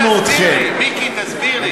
מיקי, תסביר לי.